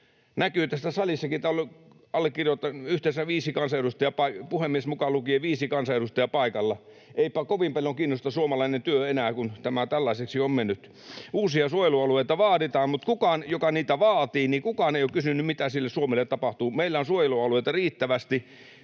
on allekirjoittanut ja puhemies mukaan lukien yhteensä viisi kansanedustajaa paikalla. Eipä kovin paljon kiinnosta suomalainen työ enää, kun tämä tällaiseksi on mennyt. Uusia suojelualueita vaaditaan, mutta kukaan, joka niitä vaatii, ei ole kysynyt, mitä Suomelle tapahtuu. Meillä on suojelualueita riittävästi.